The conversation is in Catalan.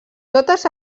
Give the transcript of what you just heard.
totes